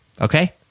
Okay